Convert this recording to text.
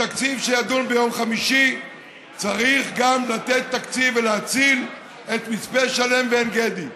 בתקציב שיידון ביום חמישי צריך לתת תקציב ולהציל את מצפה שלם ועין גדי.